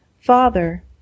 Father